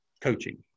coaching